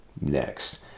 next